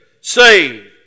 Saved